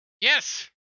Yes